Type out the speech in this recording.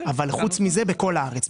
חוץ מזה, בכל הארץ.